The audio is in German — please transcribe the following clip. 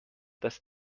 das